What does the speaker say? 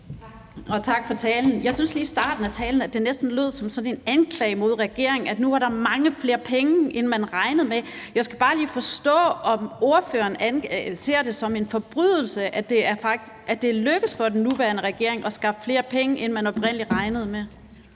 tak for talen. Jeg synes, at det lige i starten af talen næsten lød som sådan en anklage mod regeringen, at nu var der mange flere penge, end man regnede med. Jeg skal bare lige forstå, om ordføreren ser det som en forbrydelse, at det er lykkedes for den nuværende regering at skaffe flere penge, end man oprindelig regnede med.